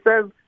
says